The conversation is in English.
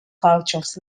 cultures